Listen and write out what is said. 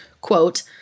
quote